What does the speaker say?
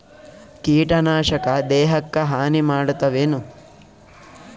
ಕೀಟನಾಶಕ ದೇಹಕ್ಕ ಹಾನಿ ಮಾಡತವೇನು?